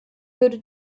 würde